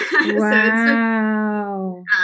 Wow